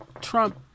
Trump